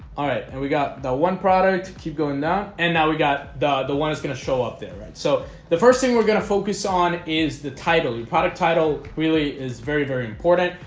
alright and we got the one product keep going now and now we got the the one that's gonna show up there, right? so the first thing we're gonna focus on is the title your product title really is very very important.